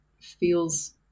feels